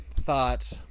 thought